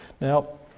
Now